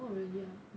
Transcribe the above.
oh really ah